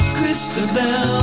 Christabel